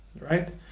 Right